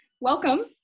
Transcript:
Welcome